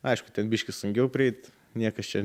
aišku ten biškį sunkiau prieit niekas čia